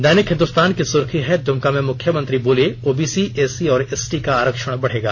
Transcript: दैनिक हिंदुस्तान की सुर्खी है दुमका में मुख्यमंत्री बोले ओबीसी एसी और एसटी का आरक्षण बढ़ेगा